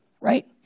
right